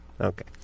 Okay